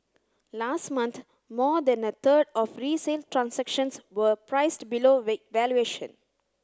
last month more than a third of resale transactions were priced below valuation